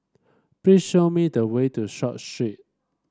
please show me the way to Short Street